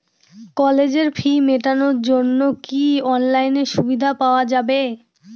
কলেজের ফি মেটানোর জন্য কি অনলাইনে সুবিধা পাওয়া যাবে?